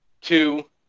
Two